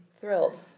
thrilled